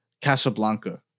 Casablanca